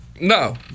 No